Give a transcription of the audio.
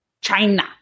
China